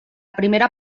primera